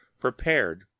prepared